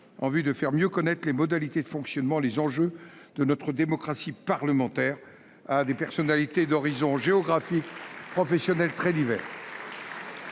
en vue de mieux faire connaître les modalités de fonctionnement et les enjeux de notre démocratie parlementaire à des personnalités d’horizons géographiques et professionnels très divers.